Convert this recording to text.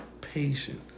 patient